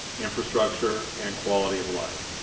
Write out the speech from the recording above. infrastructure, and quality of life.